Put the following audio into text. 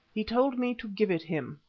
he told me to give it him.